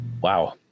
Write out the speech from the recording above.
Wow